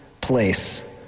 place